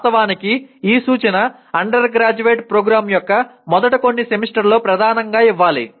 వాస్తవానికి ఈ సూచన అండర్గ్రాడ్యుయేట్ ప్రోగ్రామ్ యొక్క మొదటి కొన్ని సెమిస్టర్లలో ప్రధానంగా ఇవ్వాలి